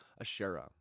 Asherah